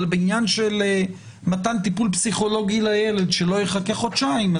אבל בעניין של מתן טיפול פסיכולוגי לילד שלא יחכה חודשיים,